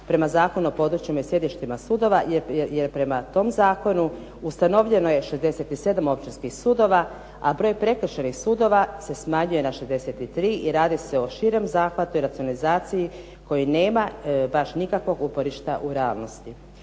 prema Zakonu o područjima i sjedištima sudova, jer prema tom zakonu ustanovljeno je 67 općinskih sudova, a broj prekršajnih sudova se smanjuje na 63 i radi se o širem zahvatu i racionalizaciji koji nema baš nikakvog uporišta u realnosti.